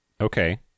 okay